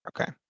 Okay